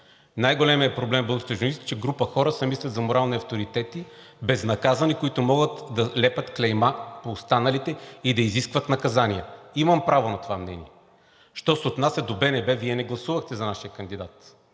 Най-големият проблем в българската журналистика е, че група хора се мислят за морални авторитети, безнаказани, които могат да лепят клейма по останалите и да изискват наказания. Имам право на това мнение. Що се отнася до БНБ, Вие не гласувахте за нашия кандидат.